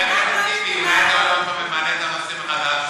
חבר הכנסת טיבי, מעלה את הנושא מחדש?